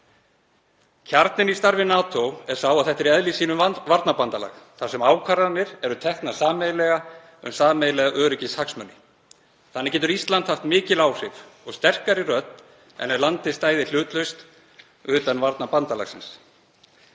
Kjarninn í starfi NATO er sá að þetta er í eðli sínu varnarbandalag þar sem ákvarðanir eru teknar sameiginlega um sameiginlega öryggishagsmuni. Þannig getur Ísland haft mikil áhrif og sterkari rödd en ef landið stæði hlutlaust utan varnarbandalagsins.